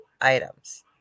items